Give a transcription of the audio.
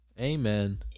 Amen